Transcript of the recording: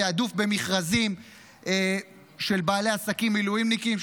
תעדוף במכרזים של בעלי העסקים מילואימניקים,